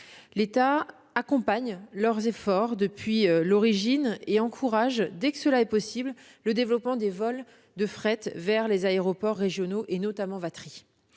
L'État accompagne leurs efforts depuis l'origine et encourage, dès que cela est possible, le développement des vols de fret vers les aéroports régionaux, notamment Vatry.